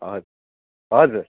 हजुर हजुर